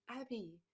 Abby